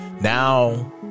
Now